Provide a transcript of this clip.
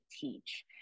teach